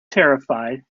terrified